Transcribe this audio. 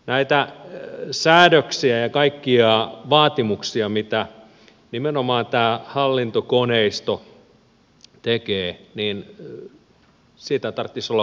näitä säädöksiä ja kaikkia vaatimuksia mitä nimenomaan tämä hallintokoneisto tekee tarvitsisi olla huomattavasti vähemmän